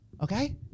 Okay